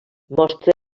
mostra